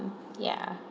yeah